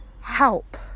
help